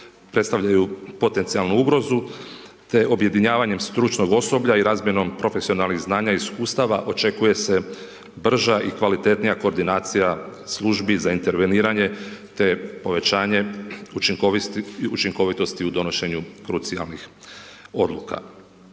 predstavljaju potencijalnu ugrozu, te objedinjavanjem stručnog osoblja i razmjenom profesionalnih znanja i iskustava očekuje se brža i kvalitetnija koordinacija službi za interveniranje, te povećanje učinkovitosti u donošenju krucijalnih odluka.